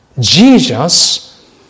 Jesus